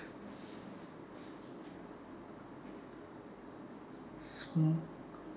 sm~